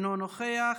אינו נוכח,